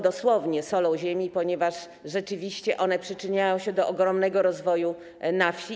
Dosłownie są solą ziemi, ponieważ rzeczywiście przyczyniają się do ogromnego rozwoju wsi.